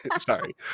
Sorry